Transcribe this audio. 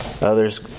others